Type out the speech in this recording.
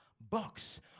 box